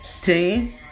team